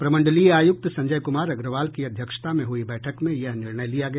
प्रमंडलीय आयुक्त संजय कुमार अग्रवाल की अध्यक्षता में हुई बैठक में यह निर्णय लिया गया